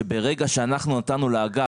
שברגע שאנחנו נתנו לאגף